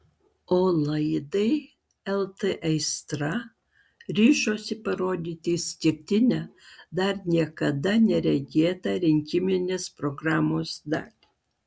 o laidai lt aistra ryžosi parodyti išskirtinę dar niekada neregėtą rinkiminės programos dalį